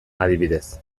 adibidez